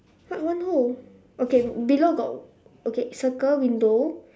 what one hole okay below got okay circle window